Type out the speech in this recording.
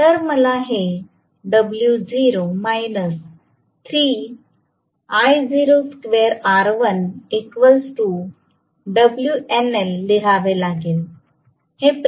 तर मला हे लिहावे लागेल